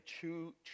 chew